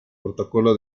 protocolo